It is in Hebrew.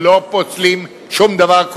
לא פוסלים שום דבר,